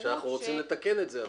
אנחנו רוצים לתקן את זה.